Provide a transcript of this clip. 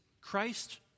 Christ